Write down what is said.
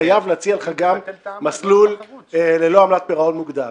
חייב להציע גם מסלול ללא עמלת פירעון מוקדם.